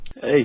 Hey